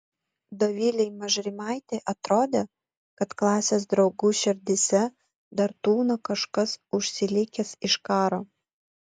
dovilei mažrimaitei atrodė kad klasės draugų širdyse dar tūno kažkas užsilikęs iš karo